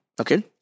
Okay